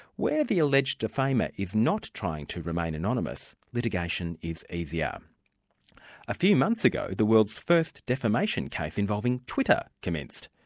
where the alleged defamer is not trying to remain anonymous, litigation is easier. a few months ago the world's first defamation case involving twitter commenced.